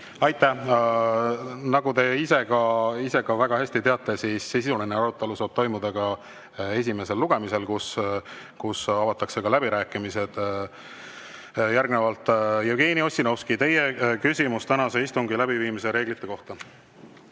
Aitäh! Nagu te ise väga hästi teate, saab sisuline arutelu toimuda ka esimesel lugemisel, kui avatakse läbirääkimised. Järgnevalt Jevgeni Ossinovski, teie küsimus tänase istungi läbiviimise reeglite kohta.